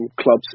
clubs